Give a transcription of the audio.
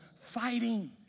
fighting